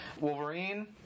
Wolverine